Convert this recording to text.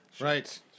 Right